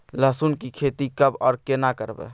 लहसुन की खेती कब आर केना करबै?